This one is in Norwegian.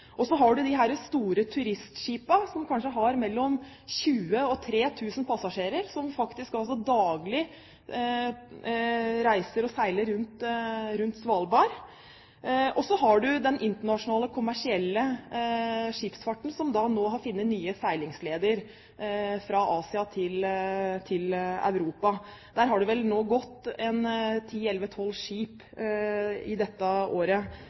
Så har man de store turistskipene, som kanskje har mellom 20 og 3 000 passasjerer, som daglig seiler rundt Svalbard. Og så har man den internasjonale kommersielle skipsfarten som nå har funnet nye seilingsleder fra Asia til Europa. Det har vel gått ti–tolv skip der dette året på kommersiell basis. Jeg har